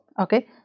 Okay